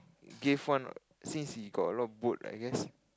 gave one since he got a lot of boat right I guess